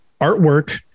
artwork